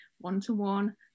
one-to-one